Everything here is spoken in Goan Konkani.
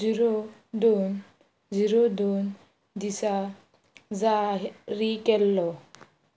झिरो दोन झिरो दोन दिसा जारी केल्लो